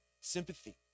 sympathy